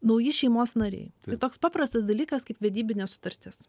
nauji šeimos nariai tai toks paprastas dalykas kaip vedybinė sutartis